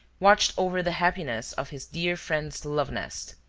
watched over the happiness of his dear friend's love nest.